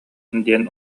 диэн